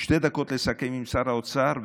שתי דקות לסכם עם שר האוצר,